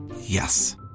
Yes